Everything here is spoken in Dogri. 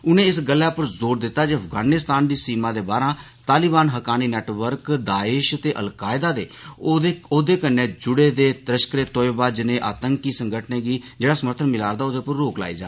उनें इस गल्लै उप्पर जोर दित्ता जे अफगानिस्तान दी सीमा दे बाह्रां तालिवान हक्कानी नेटवर्क दा ऐश ते अलकायदा ते ओह्दे कन्नै जुड़े दे लश्करै तोयबा जनेह् आतंकी संगठनें गी जेहड़ा समर्थन मिला'रदा ऐ ओहदे उप्पर रोक लाई जा